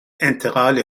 انتقال